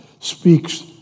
speaks